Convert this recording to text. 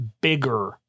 bigger